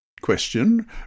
question